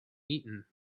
eaten